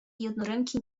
jednoręki